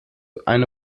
eine